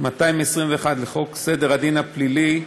221 לחוק סדר הדין הפלילי,